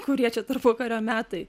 kurie čia tarpukario metai